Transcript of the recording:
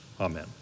amen